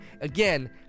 again